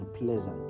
unpleasant